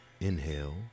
inhale